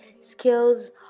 skills